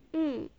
mm